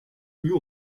new